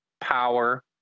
power